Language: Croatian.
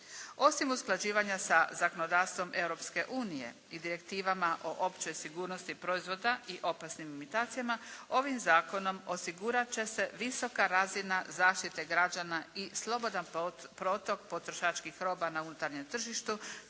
Osim usklađivanja sa zakonodavstvom Europske unije i direktivama o općoj sigurnosti proizvoda i opasnim imitacijama ovim zakonom osigurat će se visoka razina zaštite građana i slobodan protok potrošačkih roba na unutarnjem tržištu,